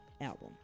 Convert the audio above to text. album